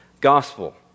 gospel